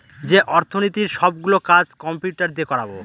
যে অর্থনীতির সব গুলো কাজ কম্পিউটার দিয়ে করাবো